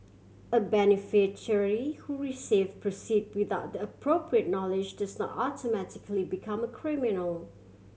a beneficiary who receive proceed without the appropriate knowledge does not automatically become a criminal